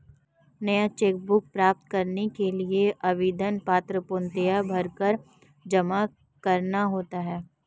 नया cheque book प्राप्त करने के लिए आवेदन पत्र पूर्णतया भरकर जमा करना होता है